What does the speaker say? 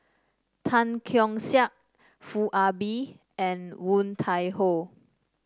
Tan Keong Saik Foo Ah Bee and Woon Tai Ho